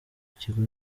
kigo